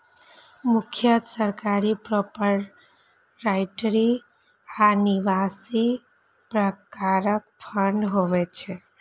मुख्यतः सरकारी, प्रोपराइटरी आ न्यासी प्रकारक फंड होइ छै